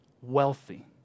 wealthy